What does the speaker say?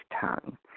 tongue